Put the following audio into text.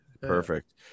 Perfect